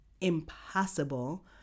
impossible